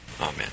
Amen